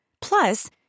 Plus